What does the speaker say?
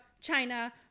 China